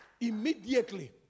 immediately